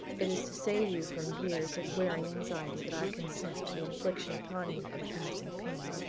it is to save you from years of wearing anxiety that i consent to the infliction upon you of a passing pang.